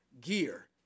gear